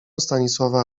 stanisława